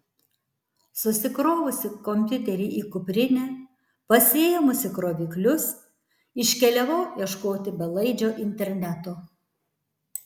susikrovusi kompiuterį į kuprinę pasiėmusi kroviklius iškeliavau ieškoti belaidžio interneto